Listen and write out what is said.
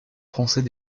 français